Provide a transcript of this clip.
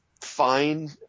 fine